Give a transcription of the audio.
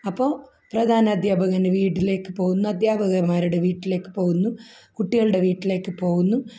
അപ്പോൾ പ്രധാനധ്യാപകൻ്റെ വീട്ടിലേക്ക് പോകുന്നു അധ്യാപകമാരുടെ വീട്ടിലേക്ക് പോകുന്നു കുട്ടികളുടെ വീട്ടിലേക്ക് പോകുന്നു